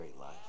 life